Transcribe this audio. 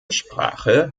sprache